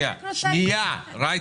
ג'ידא.